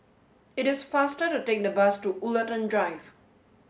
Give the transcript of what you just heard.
it is faster to take the bus to Woollerton Drive